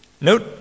Note